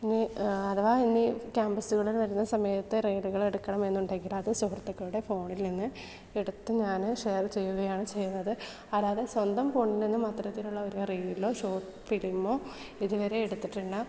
ഇനി അഥവാ ഇനി ക്യാമ്പസുകളിൽ വരുന്ന സമയത്ത് റീലുകൾ എടുക്കണമെന്നുണ്ടെങ്കിൽ അത് സുഹൃത്തുകളുടെ ഫോണിൽ നിന്ന് എടുത്ത് ഞാൻ ഷെയർ ചെയ്യുകയാണ് ചെയ്യുന്നത് അല്ലാതെ സ്വന്തം ഫോണിൽ നിന്നും അത്തരത്തിലുള്ള ഒരു റീലോ ഷോട്ട് ഫിലിമോ ഇതുവരെ എടുത്തിട്ടില്ല